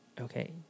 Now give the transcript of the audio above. okay